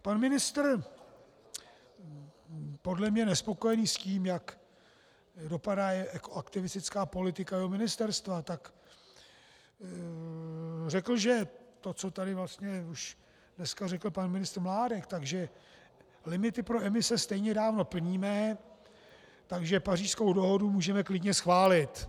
Pan ministr podle mě nespokojený s tím, jak dopadá aktivistická politika jeho ministerstva, tak řekl to, co tady vlastně už dneska řekl pan ministr Mládek, že limity pro emise stejně dávno plníme, takže Pařížskou dohodu můžeme klidně schválit.